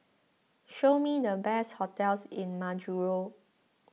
show me the best hotels in Majuro